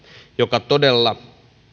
joka todella oli